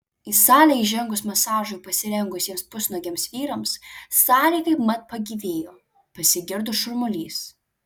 į salę įžengus masažui pasirengusiems pusnuogiams vyrams salė kaipmat pagyvėjo pasigirdo šurmulys